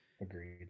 agreed